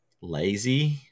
lazy